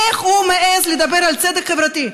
איך הוא מעז לדבר על צדק חברתי?